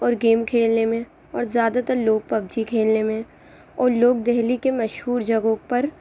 اور گیم کھیلنے میں اور زیادہ تر لوگ پب جی کھیلنے میں اور لوگ دہلی کے مشہور جگہوں پر